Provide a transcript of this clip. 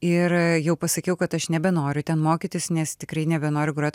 ir jau pasakiau kad aš nebenoriu ten mokytis nes tikrai nebenoriu grot